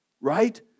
right